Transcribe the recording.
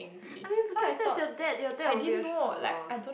I mean because that's your dad your dad will be a orh